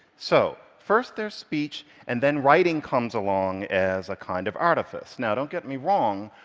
so first there's speech, and then writing comes along as a kind of artifice. now don't get me wrong,